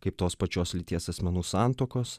kaip tos pačios lyties asmenų santuokos